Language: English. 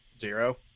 zero